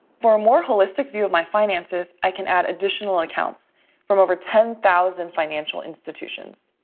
for a more holistic view of my finances, i can add additional accounts from over ten thousand financial institutions.